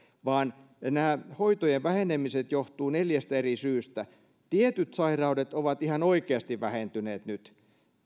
vaan nämä hoitojen vähenemiset johtuvat neljästä eri syystä tietyt sairaudet ovat ihan oikeasti vähentyneet nyt